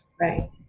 Right